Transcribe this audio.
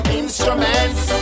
instruments